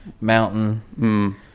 mountain